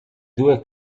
due